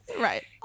Right